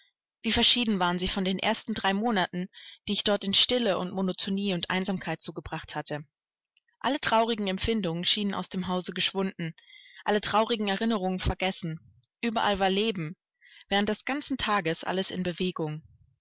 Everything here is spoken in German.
wie verschieden waren sie von den ersten drei monaten die ich dort in stille und monotonie und einsamkeit zugebracht hatte alle traurigen empfindungen schienen aus dem hause geschwunden alle traurigen erinnerungen vergessen überall war leben während des ganzen tages alles in bewegung